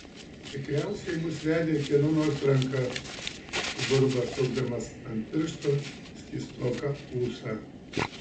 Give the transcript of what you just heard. tikriausiai mus vedė kieno nors ranka suburba sukdamas ant piršto skystoką ūsą